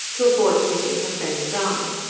to avoid meeting her friend's eye.